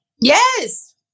Yes